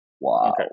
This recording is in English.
Wow